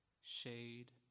shade